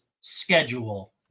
schedule